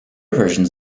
versions